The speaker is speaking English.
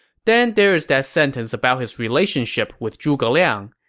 then there's that sentence about his relationship with zhuge liang.